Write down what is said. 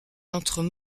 entre